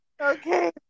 Okay